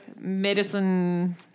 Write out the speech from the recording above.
medicine